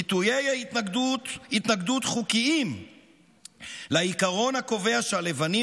ביטויי התנגדות חוקיים לעיקרון הקובע שהלבנים